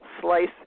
slice